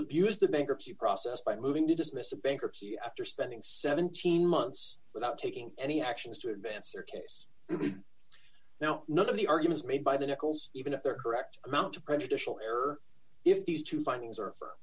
abuse the bankruptcy process by moving to dismiss a bankruptcy after spending seventeen months without taking any actions to advance their case now none of the arguments made by the nichols even if they're correct amount to prejudicial error if these two findings are